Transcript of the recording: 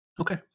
Okay